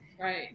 Right